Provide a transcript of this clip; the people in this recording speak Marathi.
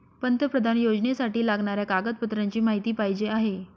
पंतप्रधान योजनेसाठी लागणाऱ्या कागदपत्रांची माहिती पाहिजे आहे